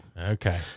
okay